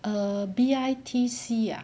err B_I_T_C ah